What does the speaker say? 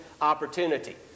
opportunity